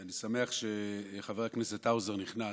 אני שמח שחבר הכנסת האוזר נכנס.